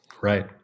right